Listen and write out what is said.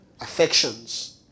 Affections